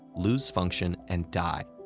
lose function and die.